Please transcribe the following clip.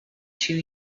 two